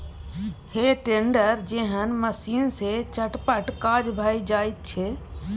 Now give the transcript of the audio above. हे टेडर जेहन मशीन सँ चटपट काज भए जाइत छै